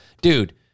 dude